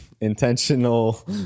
intentional